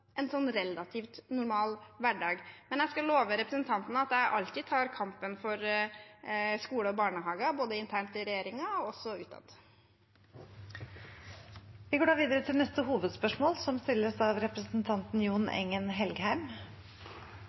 en relativt normal hverdag. Men jeg kan love representanten at jeg alltid tar kampen for skoler og barnehager, både internt i regjeringen og også utad. Vi går da videre til neste hovedspørsmål.